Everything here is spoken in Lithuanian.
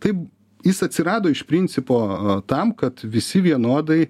taip jis atsirado iš principo tam kad visi vienodai